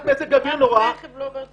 חשופים למזג האוויר --- לא עוברים טיפול?